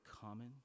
common